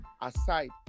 aside